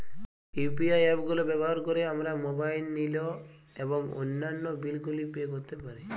UPI app গুলো ব্যবহার করে আমরা মোবাইল নিল এবং অন্যান্য বিল গুলি পে করতে পারি